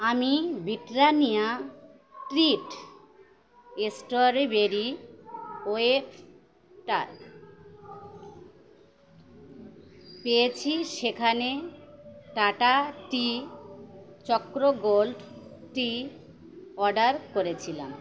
আমি Britannia treat strawberry ওয়েবটার পেয়েছি সেখানে Tata Tea Chakra Gold tea order করেছিলাম